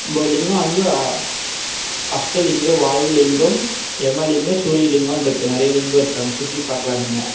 இந்த லிங்கம் வந்து அ அஷ்டலிங்கம் வாய்வுலிங்கம் எமலிங்கம் சூரியலிங்கனு இருக்குது நிறைய லிங்கம் இருக்குது அங்கே சுற்றி பாக்கலாம் நீங்கள்